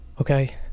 okay